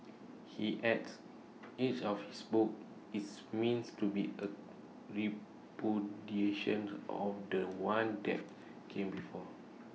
he adds each of his books is means to be A repudiation of The One that came before